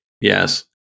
Yes